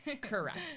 Correct